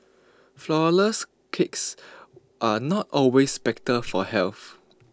Flourless Cakes are not always better for health